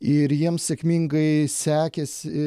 ir jiems sėkmingai sekėsi